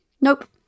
Nope